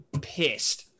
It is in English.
pissed